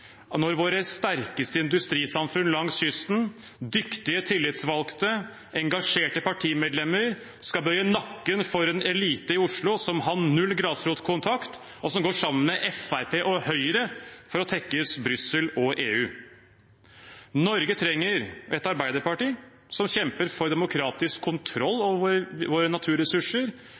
våre sterkeste industrisamfunn langs kysten, dyktige tillitsvalgte og engasjerte partimedlemmer skal bøye nakken for en elite i Oslo som har null grasrotkontakt, og som går sammen med Fremskrittspartiet og Høyre for å tekkes Brussel og EU. Norge trenger et arbeiderparti som kjemper for demokratisk kontroll over våre naturressurser